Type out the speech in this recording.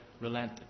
relented